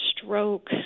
stroke